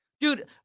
Dude